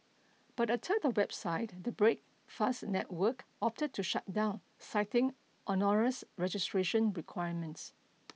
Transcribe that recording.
but a third website the Breakfast Network opted to shut down citing onerous registration requirements